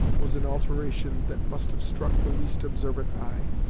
was an alteration that must have struck the least observant eye.